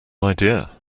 idea